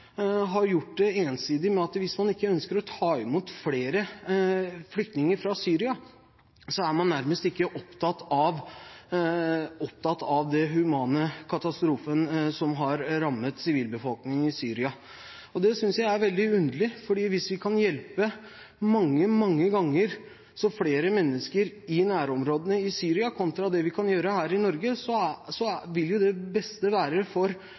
ensidig sier at hvis man ikke ønsker å ta imot flere flyktninger fra Syria, er man nærmest ikke opptatt av den humanitære katastrofen som har rammet sivilbefolkningen i Syria. Det synes jeg er veldig underlig, for hvis vi kan hjelpe flere ganger så mange mennesker i nærområdene i Syria kontra det vi kan gjøre her i Norge, vil jo det beste for sivilbefolkningen som er rammet av denne store katastrofen, være